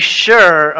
sure